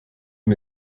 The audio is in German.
von